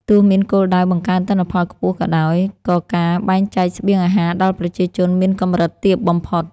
ទោះមានគោលដៅបង្កើនទិន្នផលខ្ពស់ក៏ដោយ ក៏ការបែងចែកស្បៀងអាហារដល់ប្រជាជនមានកម្រិតទាបបំផុត ។